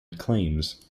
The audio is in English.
claims